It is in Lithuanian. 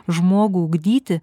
žmogų ugdyti